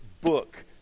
book